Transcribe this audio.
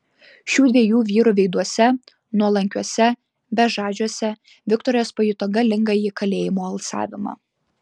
šių dviejų vyrų veiduose nuolankiuose bežadžiuose viktoras pajuto galingąjį kalėjimo alsavimą